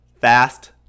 Fast